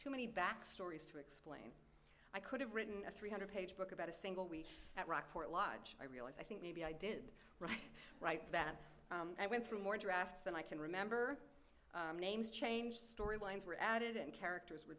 too many back stories tricks i could have written a three hundred page book about a single week at rockport lodge i realize i think maybe i did write right then i went through more drafts than i can remember names changed story lines were added and characters were